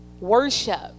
worship